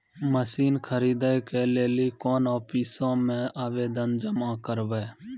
Machine खरीदै के लेली कोन आफिसों मे आवेदन जमा करवै?